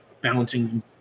balancing